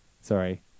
Sorry